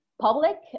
public